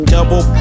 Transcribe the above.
Double